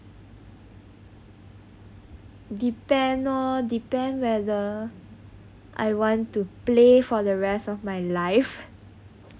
depend orh depend whether I want to play for the rest of my life